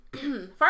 first